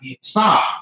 stop